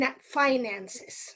finances